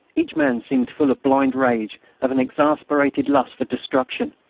each man seemed full of blind rage, of an exasperated lust for destruction.